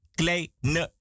kleine